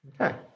Okay